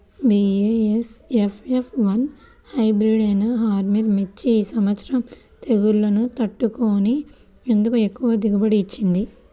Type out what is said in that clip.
BASF F one hybrid అయినా ఆర్ముర్ మిర్చి ఈ సంవత్సరం తెగుళ్లును తట్టుకొని ఎందుకు ఎక్కువ దిగుబడి ఇచ్చింది?